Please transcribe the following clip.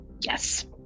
Yes